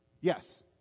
Yes